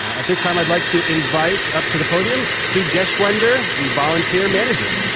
at this time i'd like to invite up to the podium sue geshwender, the volunteer manager.